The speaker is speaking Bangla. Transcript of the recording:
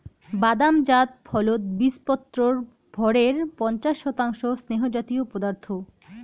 বাদাম জাত ফলত বীচপত্রর ভরের পঞ্চাশ শতাংশ স্নেহজাতীয় পদার্থ